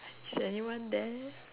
is anyone there